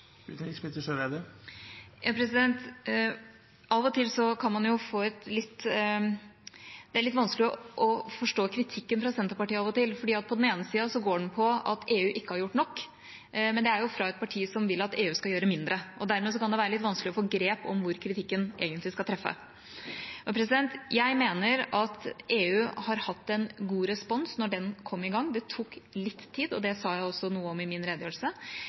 og til er det litt vanskelig å forstå kritikken fra Senterpartiet, for på den ene sida går den på at EU ikke har gjort nok, men på den andre sida er det jo fra et parti som vil at EU skal gjøre mindre. Dermed kan det være litt vanskelig å få grep om hvor kritikken egentlig skal treffe. Jeg mener at EU har hatt en god respons da en kom i gang. Det tok litt tid, og det sa jeg også noe om i min redegjørelse.